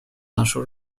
нашу